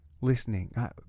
listening